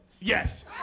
Yes